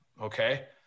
okay